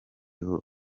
hose